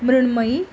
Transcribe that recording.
Mrinmayi